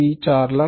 ही 455000 आहे